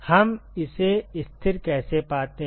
हम इसे स्थिर कैसे पाते हैं